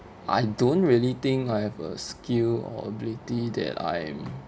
I don't really think I have a skill or ability that I'm